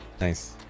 nice